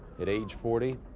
at age forty.